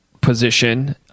position